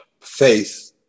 faith